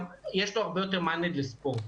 יש לו הרבה יותר מענה בספורט.